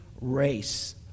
race